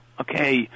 Okay